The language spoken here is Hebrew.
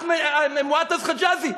מועטף חג'אזי,